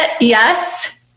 yes